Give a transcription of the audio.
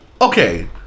Okay